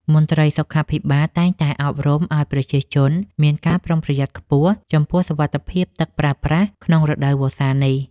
មន្ត្រីសុខាភិបាលតែងតែអប់រំឱ្យប្រជាជនមានការប្រុងប្រយ័ត្នខ្ពស់ចំពោះសុវត្ថិភាពទឹកប្រើប្រាស់ក្នុងរដូវវស្សានេះ។